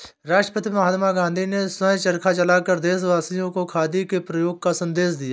राष्ट्रपिता महात्मा गांधी ने स्वयं चरखा चलाकर देशवासियों को खादी के प्रयोग का संदेश दिया